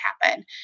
happen